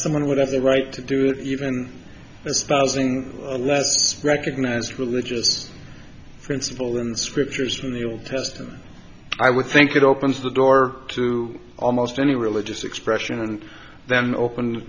someone would have the right to do it even espousing recognized religious principle in scriptures in the old testament i would think it opens the door to almost any religious expression and then open